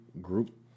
group